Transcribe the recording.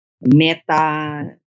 meta